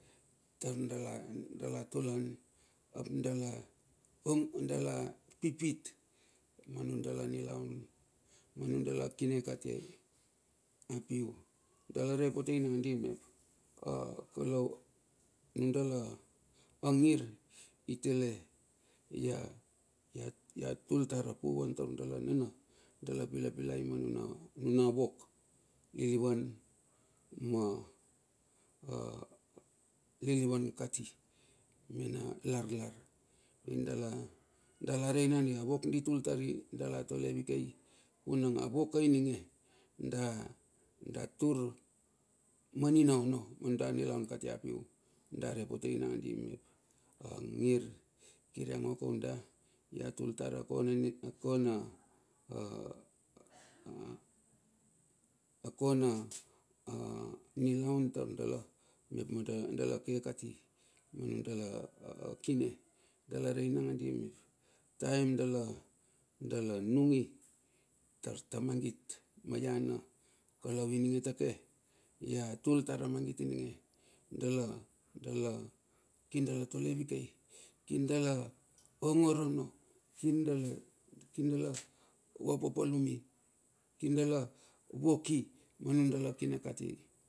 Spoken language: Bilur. Tardala. dala tolan, ap dala pipit manudala nilaun, manundala kine kati apiu, dala re potei nandi mep. a kalou a nundala angir, i tale ia tul tar a puvan taur dala nana dala pilai pilai manuna wok lilivan ma. lilivan kati. Mena larlar dala. dala rei nandi avok di tul tari, dala tole vikei vunang a vok ka ininge, da tur manina ono ma nunda nilaun kati apiu, da re potei nandi mep angir, kir ia ngo kaun da ia, tul tar a kona, akona nilaun tar dala mep na dala ke kati manundala kine. Dala rei nangandi mep, taem dala. dala nungi tar tamangit ma iana, kalou ininge take ia tul tar a mangit ininge dala, dala, kir dala tole vikei, kir dala ongor ono. kir dala va papalumi. kirdala voki. ma nundala kine kati.